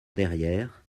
derrière